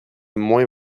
moins